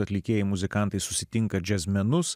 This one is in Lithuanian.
atlikėjai muzikantai susitinka džiazmenus